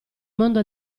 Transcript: mondo